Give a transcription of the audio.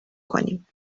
کنیم